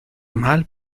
mal